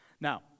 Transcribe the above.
Now